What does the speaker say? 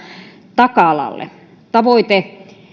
taka alalle tavoite